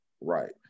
Right